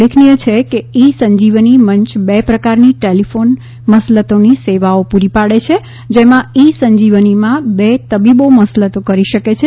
ઉલ્લેખનિય છે કે ઈ સંજીવની મંચ બે પ્રકારની ટેલિફોન મસલતોની સેવાઓ પુરી પાડે છે જેમાં ઈ સંજીવનીમાં બે તબીબો મસલતો કરી શકે છે